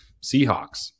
Seahawks